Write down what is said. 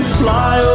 fly